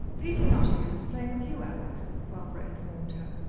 peter nottingham is playing with you, alex, barbara informed her.